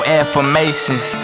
affirmations